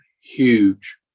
huge